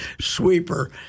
sweeper